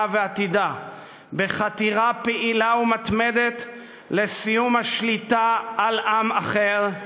ועתידה בחתירה פעילה ומתמדת לסיום השליטה על עם אחר,